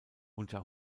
unter